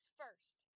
first